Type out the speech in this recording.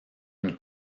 une